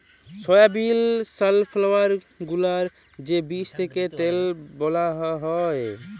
সয়াবিল, sunflower গুলার যে বীজ থ্যাকে তেল বালাল হ্যয়